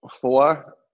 four